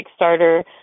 Kickstarter